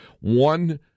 One